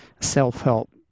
self-help